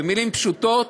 במילים פשוטות: